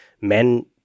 men